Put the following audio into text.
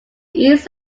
east